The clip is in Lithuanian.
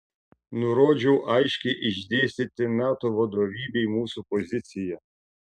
nurodžiau aiškiai išdėstyti nato vadovybei mūsų poziciją